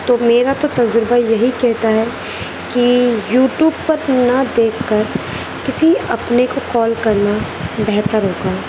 تو میرا تو تزربہ یہی کہتا ہے کہ یوٹیوب پر نہ دیکھ کر کسی اپنے کو کال کرنا بہتر ہوگا